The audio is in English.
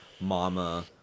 mama